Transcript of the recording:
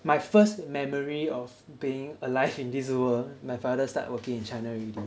my first memory of being alive in this world my father start working in China already